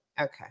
okay